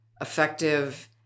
effective